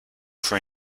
for